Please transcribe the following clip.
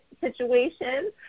situation